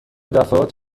دفعات